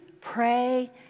pray